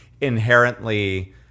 inherently